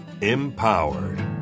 empowered